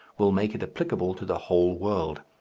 will make it applicable to the whole world.